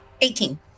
Eighteen